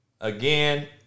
Again